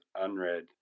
unread